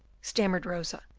stammered rosa,